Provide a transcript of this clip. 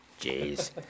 Jeez